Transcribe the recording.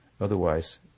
Otherwise